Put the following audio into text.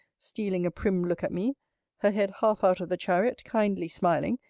stealing a prim look at me her head half out of the chariot, kindly smiling,